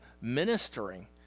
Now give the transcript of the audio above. ministering